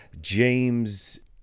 James